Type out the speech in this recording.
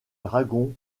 dragons